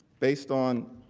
based on